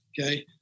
Okay